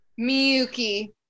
Miyuki